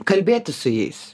kalbėtis su jais